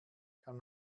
kann